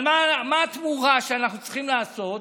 אבל מה התמורה שאנחנו צריכים לעשות?